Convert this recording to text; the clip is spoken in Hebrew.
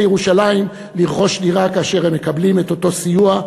ירושלים לרכוש דירה כאשר הם מקבלים את אותו סיוע.